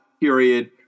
period